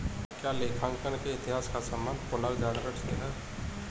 क्या लेखांकन के इतिहास का संबंध पुनर्जागरण से है?